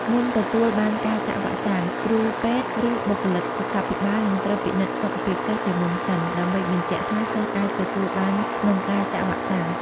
មុនទទួលបានការចាក់វ៉ាក់សាំង គ្រូពេទ្យ ឬបុគ្គលិកសុខាភិបាលនឹងត្រូវពិនិត្យសុខភាពសិស្សជាមុនសិន ដើម្បីបញ្ជាក់ថាសិស្សអាចទទួលបានក្នុងការចាក់វ៉ាក់សាំង។